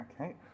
Okay